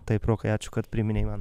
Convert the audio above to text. taip rokai ačiū kad priminei man